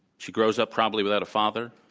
she grows up probably without a father.